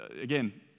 again